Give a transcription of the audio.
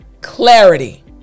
clarity